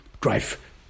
drive